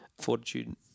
Fortitude